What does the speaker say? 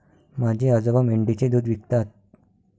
माझे आजोबा मेंढीचे दूध विकतात